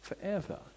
forever